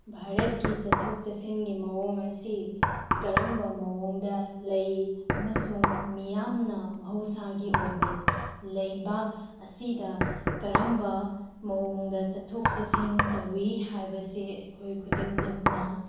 ꯚꯥꯔꯠꯀꯤ ꯆꯠꯊꯣꯛ ꯆꯠꯁꯤꯟꯒꯤ ꯃꯑꯣꯡ ꯑꯁꯤ ꯀꯔꯝꯕ ꯃꯑꯣꯡꯗ ꯂꯩ ꯑꯃꯁꯨꯡ ꯃꯤꯌꯥꯝꯅ ꯃꯍꯧꯁꯥꯒꯤ ꯑꯣꯏꯕ ꯂꯩꯕꯥꯛ ꯑꯁꯤꯗ ꯀꯔꯝꯕ ꯃꯑꯣꯡꯗ ꯆꯠꯊꯣꯛ ꯆꯠꯁꯤꯟ ꯇꯧꯏ ꯍꯥꯏꯕꯁꯤ ꯑꯩꯈꯣꯏ ꯈꯨꯗꯤꯡꯃꯛꯅ